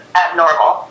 abnormal